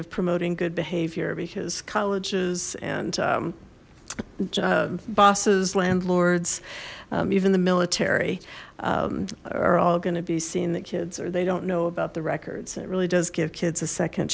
of promoting good behavior because colleges and bosses landlords even the military are all going to be seeing the kids or they don't know about the records it really does give kids a second